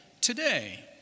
today